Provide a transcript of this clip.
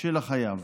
של החייב.